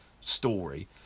story